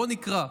בואו נקרא: